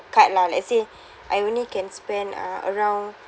card lah let's say I only can spend around